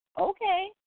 Okay